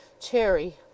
cherry